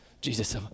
Jesus